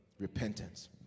Repentance